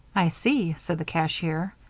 i see, said the cashier.